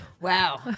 wow